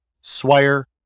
Swire